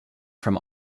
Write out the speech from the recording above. from